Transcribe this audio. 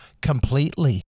completely